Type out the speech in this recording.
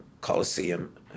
Coliseum